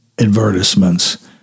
advertisements